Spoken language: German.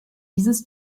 dieses